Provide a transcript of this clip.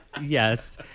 Yes